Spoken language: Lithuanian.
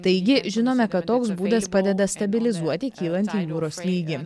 taigi žinome kad toks būdas padeda stabilizuoti kylantį jūros lygį